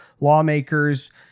lawmakers